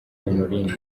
honorine